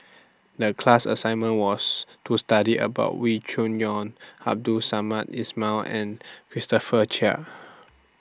The class assignment was to study about Wee Cho Yaw Abdul Samad Ismail and Christopher Chia